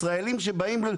ישראלים שמגיעים,